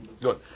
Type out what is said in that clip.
Good